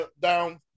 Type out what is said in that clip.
down